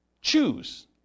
choose